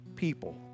people